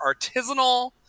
artisanal